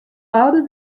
âlder